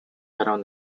around